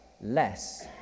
less